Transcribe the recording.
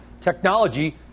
Technology